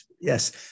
Yes